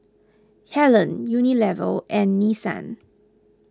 Helen Unilever and Nissan